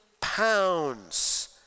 pounds